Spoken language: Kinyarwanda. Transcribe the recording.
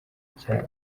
nshya